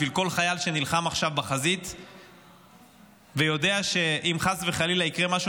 בשביל כל חייל שנלחם עכשיו בחזית ויודע שאם חס וחלילה יקרה משהו,